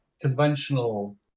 conventional